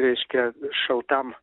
reiškia šaltam